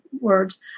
words